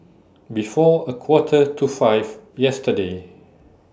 before A Quarter to five yesterday